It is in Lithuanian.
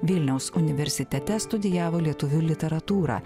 vilniaus universitete studijavo lietuvių literatūrą